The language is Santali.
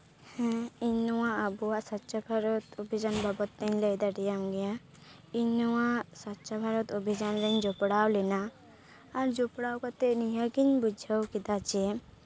ᱦᱮᱸ ᱤᱧ ᱱᱚᱣᱟ ᱟᱵᱚᱣᱟᱜ ᱥᱚᱪᱪᱚ ᱵᱷᱟᱨᱚᱛ ᱚᱵᱷᱤᱡᱟᱱ ᱵᱟᱵᱚᱛ ᱛᱮᱧ ᱞᱟᱹᱭ ᱫᱟᱲᱮᱭᱟᱢ ᱜᱮᱭᱟ ᱤᱧ ᱱᱚᱣᱟ ᱥᱚᱪᱪᱷᱚ ᱵᱷᱟᱨᱚᱛ ᱚᱵᱷᱤᱡᱟᱱᱨᱤᱧ ᱡᱚᱯᱲᱟᱣ ᱞᱮᱱᱟ ᱟᱨ ᱡᱚᱯᱲᱟᱣ ᱠᱟᱛᱮᱫ ᱱᱤᱭᱟᱹ ᱜᱤᱧ ᱵᱩᱡᱷᱟᱹᱣ ᱠᱮᱫᱟ ᱡᱮ